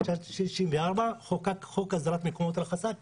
חוק הסדרת מקומות רחצה.